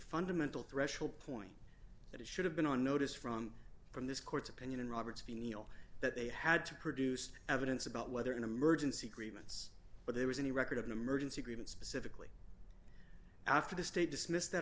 fundamental threshold point that it should have been on notice from from this court's opinion in roberts finial that they had to produce evidence about whether an emergency grievance but there was any record of an emergency agreement specifically after the state dismissed that